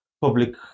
public